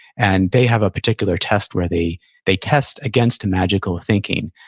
and they have a particular test where they they test against magical thinking.